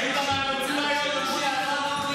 ראית מה הם הוציאו היום?